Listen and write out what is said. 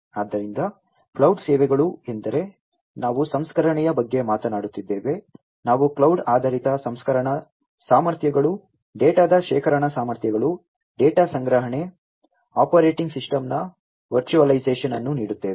ಆದ್ದರಿಂದ ಕ್ಲೌಡ್ ಸೇವೆಗಳು ಎಂದರೆ ನಾವು ಸಂಸ್ಕರಣೆಯ ಬಗ್ಗೆ ಮಾತನಾಡುತ್ತಿದ್ದೇವೆ ನಾವು ಕ್ಲೌಡ್ ಆಧಾರಿತ ಸಂಸ್ಕರಣಾ ಸಾಮರ್ಥ್ಯಗಳು ಡೇಟಾದ ಶೇಖರಣಾ ಸಾಮರ್ಥ್ಯಗಳು ಡೇಟಾ ಸಂಗ್ರಹಣೆ ಆಪರೇಟಿಂಗ್ ಸಿಸ್ಟಂನ ವರ್ಚುಯಲೈಝೇಶನ್ ಅನ್ನು ನೀಡುತ್ತೇವೆ